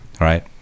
right